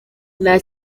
nta